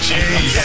Jeez